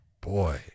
Boy